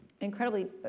incredibly